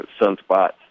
sunspots